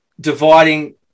dividing